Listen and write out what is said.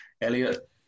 Elliot